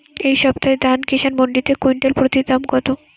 এই সপ্তাহে ধান কিষান মন্ডিতে কুইন্টাল প্রতি দাম কত?